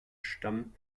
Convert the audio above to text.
stamm